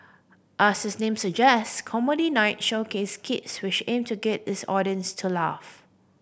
as its name suggest Comedy Night showcased skits which aimed to get its audience to laugh